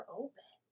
open